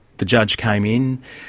the judge came in,